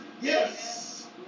yes